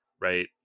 right